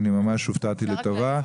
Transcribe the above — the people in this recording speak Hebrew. אני ממש הופתעתי לטובה,